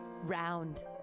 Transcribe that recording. round